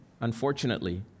unfortunately